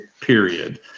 period